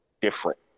different